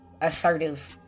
assertive